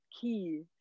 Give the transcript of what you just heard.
key